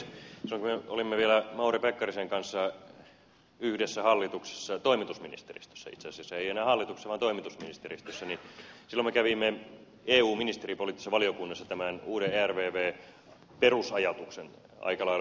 silloin kun me olimme vielä mauri pekkarisen kanssa yhdessä hallituksessa toimitusministeristössä itse asiassa ei enää hallituksessa vaan toimitusministeristössä silloin me kävimme eun ministeripoliittisessa valiokunnassa tämän uuden ervv perusajatuksen aika lailla läpi